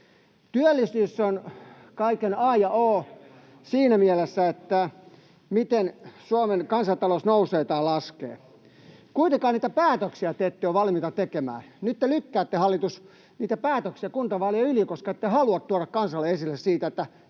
Työllisyys on kaiken a ja o siinä mielessä, miten Suomen kansantalous nousee tai laskee. Kuitenkaan niitä päätöksiä te ette ole valmiita tekemään. Nyt te lykkäätte, hallitus, niitä päätöksiä kuntavaalien yli, koska ette halua tuoda kansalle esille sitä, että